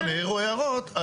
כשבשרון העירו הערות,